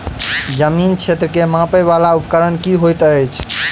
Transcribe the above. जमीन क्षेत्र केँ मापय वला उपकरण की होइत अछि?